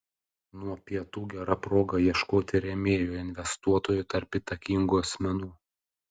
nuo pietų gera proga ieškoti rėmėjų investuotojų tarp įtakingų asmenų